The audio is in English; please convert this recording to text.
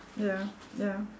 ya ya